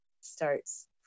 starts